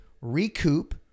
recoup